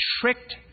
tricked